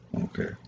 Okay